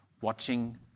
watching